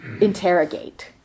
interrogate